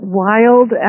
wild